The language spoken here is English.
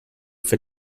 for